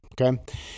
Okay